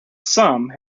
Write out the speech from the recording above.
some